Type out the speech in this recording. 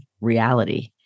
reality